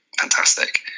fantastic